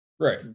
Right